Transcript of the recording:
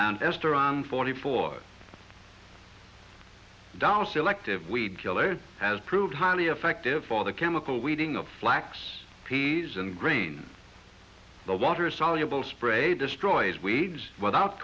and ester on forty four dollars selective weed killer it has proved highly effective for the chemical weeding of flax peas and grain the water soluble spray destroys weeds without